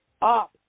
up